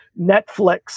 Netflix